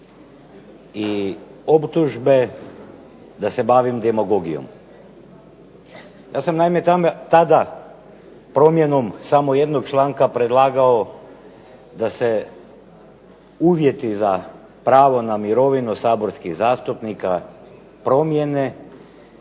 i optužbe da se bavim demagogijom. Ja sam naime tada promjenom samo jednog članka predlagao da se uvjeti za pravo na mirovinu saborskih zastupnika promijene,